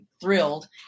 thrilled